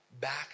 back